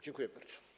Dziękuję bardzo.